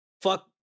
fuck